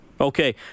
okay